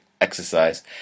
exercise